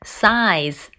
size